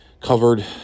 covered